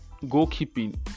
goalkeeping